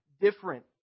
different